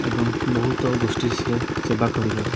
ଏବଂ ବହୁତ ଗୋଷ୍ଠୀରେ ସେବା କରିବାରୁ